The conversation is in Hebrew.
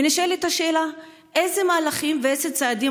ונשאלת השאלה: איזה מהלכים ואיזה צעדים